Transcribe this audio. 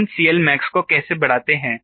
हम 𝐶Lmax को कैसे बढ़ाते हैं